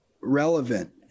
relevant